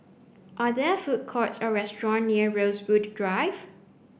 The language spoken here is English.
are there food courts or restaurants near Rosewood Drive